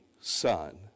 son